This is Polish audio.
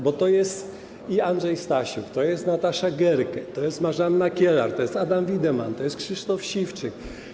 Bo to jest i Andrzej Stasiuk, to jest Natasza Goerke, to jest Marzanna Kielar, to jest Adam Wiedemann, to jest Krzysztof Siwczyk.